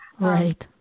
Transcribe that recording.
Right